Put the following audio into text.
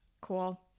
cool